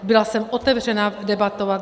Byla jsem otevřená debatovat.